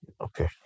okay